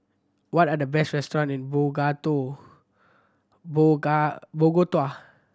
what are the best restaurants in Bogota